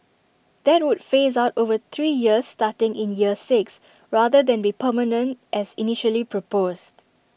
that would phase out over three years starting in year six rather than be permanent as initially proposed